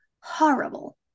horrible